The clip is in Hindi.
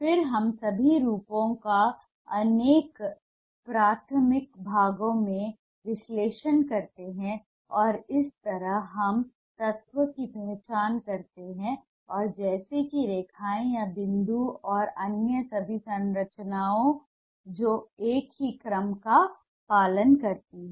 फिर हम सभी रूपों का उनके प्राथमिक भागों में विश्लेषण करते हैं और इस तरह हम तत्व की पहचान करते हैं जैसे कि रेखाएँ या बिंदु और अन्य सभी संरचनाएँ जो एक ही क्रम का पालन करती हैं